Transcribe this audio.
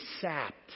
sapped